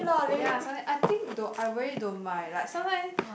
ya sometime I think do~ I really don't mind like sometime